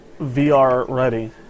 VR-ready